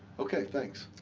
ok, thanks.